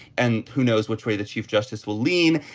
and who knows which way the chief justice will lean.